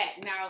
Now